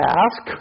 ask